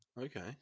Okay